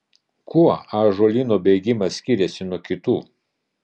kuo ąžuolyno bėgimas skiriasi nuo kitų